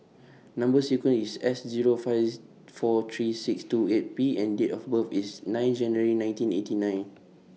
Number sequence IS S Zero five four three six two eight P and Date of birth IS nine January nineteen eighty nine